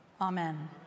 Amen